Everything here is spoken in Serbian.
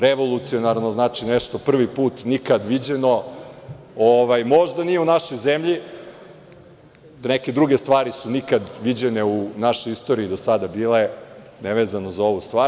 Revolucionarno znači nešto prvi put, nikad viđeno, možda nije u našoj zemlji, neke druge stvari su nikad viđene u našoj istoriji do sada bile, nevezano za ovu stvar.